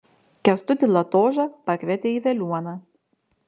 kęstutį latožą pakvietė į veliuoną